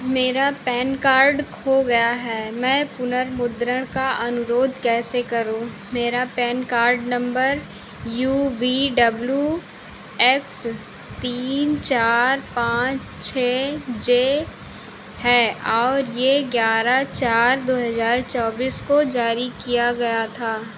मेरा PAN card खो गया है मैं पुनर्मुद्रण का अनुरोध कैसे करूँ मेरा PAN card number U V W X तीन चार पाँच छः जे है और ये ग्यारह चार दो हज़ार चौबीस को जारी किया गया था